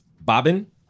Bobbin